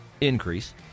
increase